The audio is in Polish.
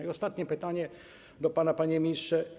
I ostanie pytanie do pana, panie ministrze.